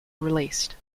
released